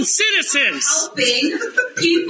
citizens